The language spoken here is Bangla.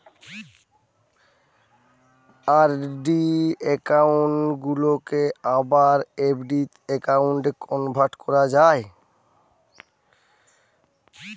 আর.ডি একউন্ট গুলাকে আবার এফ.ডিতে কনভার্ট করা যায়